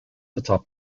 atop